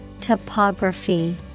Topography